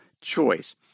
choice